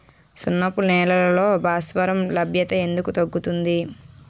సున్నపు నేలల్లో భాస్వరం లభ్యత ఎందుకు తగ్గుతుంది?